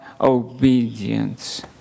obedience